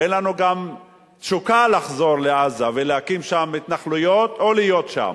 אין לנו גם תשוקה לחזור לעזה ולהקים שם התנחלויות או להיות שם.